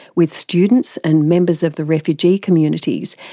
with students and members of the refugee communities,